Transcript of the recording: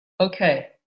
Okay